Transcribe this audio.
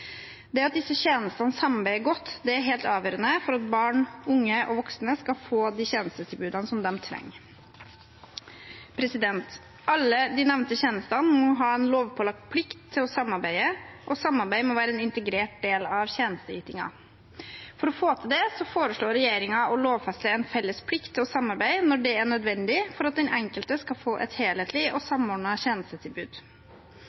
introduksjonsordningen. At disse tjenestene samarbeider godt, er helt avgjørende for at barn, unge og voksne skal få de tjenestetilbudene som de trenger. Alle de nevnte tjenestene må ha en lovpålagt plikt til å samarbeide, og samarbeid må være en integrert del av tjenesteytingen. For å få til dette foreslår regjeringen å lovfeste en felles plikt til å samarbeide når dette er nødvendig for at den enkelte skal få et helhetlig og